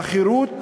בחירות,